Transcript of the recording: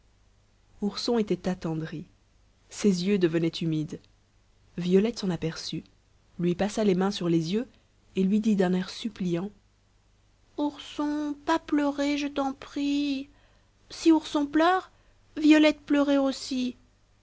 ourson était attendri ses yeux devenaient humides violette s'en aperçut lui passa les mains sur les yeux et lui dit d'un air suppliant ourson pas pleurer je t'en prie si ourson pleure violette pleurer aussi